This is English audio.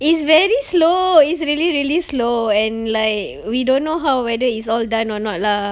it's very slow it's really really slow and like we don't know how whether it's all done or not lah